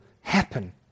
happen